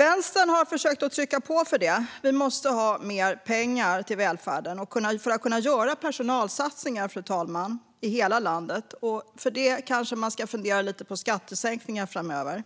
Vänstern har försökt att trycka på för mer pengar till välfärden för att kunna göra personalsatsningar, fru talman, i hela landet. Därför kanske man ska fundera lite på skattesänkningar framöver.